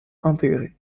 intégrés